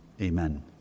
Amen